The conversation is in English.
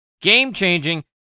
game-changing